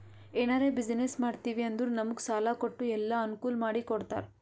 ಎನಾರೇ ಬಿಸಿನ್ನೆಸ್ ಮಾಡ್ತಿವಿ ಅಂದುರ್ ನಮುಗ್ ಸಾಲಾ ಕೊಟ್ಟು ಎಲ್ಲಾ ಅನ್ಕೂಲ್ ಮಾಡಿ ಕೊಡ್ತಾರ್